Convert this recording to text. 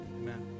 amen